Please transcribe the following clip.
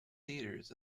theaters